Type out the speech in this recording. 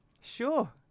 Sure